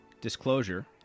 Disclosure